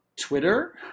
Twitter